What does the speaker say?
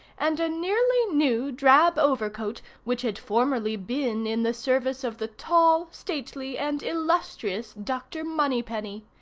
and a nearly new drab overcoat which had formerly been in the service of the tall, stately, and illustrious dr. moneypenny.